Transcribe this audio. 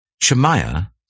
Shemaiah